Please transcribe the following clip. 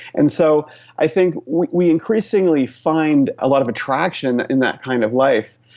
and so i think we we increasingly find a lot of attraction in that kind of life,